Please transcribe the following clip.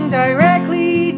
directly